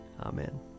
Amen